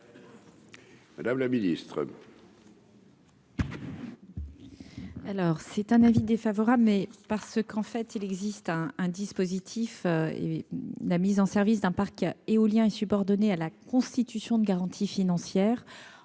Madame la Ministre.